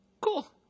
cool